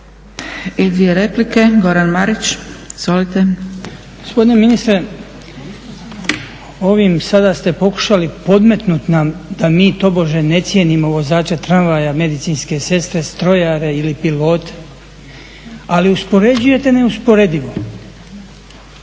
I dvije replike. Goran Marić. Izvolite. **Marić, Goran (HDZ)** Gospodine ministre, ovim sada ste pokušali podmetnut nam da mi tobože ne cijenimo vozače tramvaja, medicinske sestre, strojare ili pilote, ali uspoređujete neusporedivo.